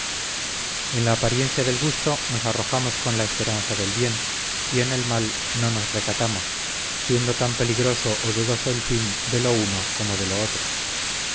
en la apariencia del gusto nos arrojamos con la esperanza del bien y en el mal no nos recatamos siendo tan peligroso o dudoso el fin de lo uno como de lo otro